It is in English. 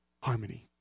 harmony